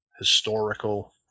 Historical